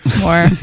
More